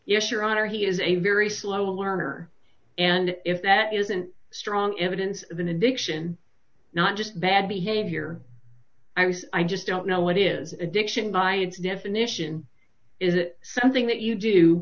yes your honor he is a very slow learner and if that isn't strong evidence of an addiction not just bad behavior i was i just don't know what is addiction by its definition is something that you do